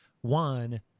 One